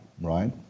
right